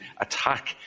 attack